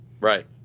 right